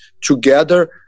together